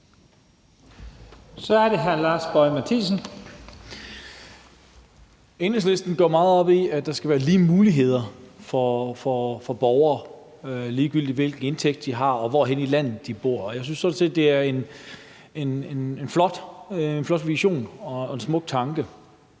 Kl. 15:19 Lars Boje Mathiesen (UFG): Enhedslisten går meget op i, at der skal være lige muligheder for borgere, ligegyldig hvilken indtægt de har og hvorhenne i landet de bor. Jeg synes sådan set, det er en flot vision og en smuk tanke.